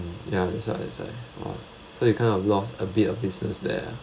ya that's why that's why !wah! so you kind of lost a bit of business there